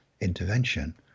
intervention